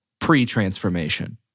pre-transformation